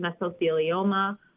mesothelioma